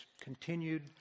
continued